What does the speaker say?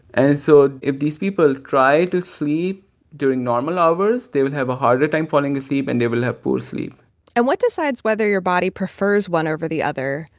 and so if these people try to sleep during normal hours, they would have a harder time falling asleep, and they will have poor sleep and what decides whether your body prefers one over the other?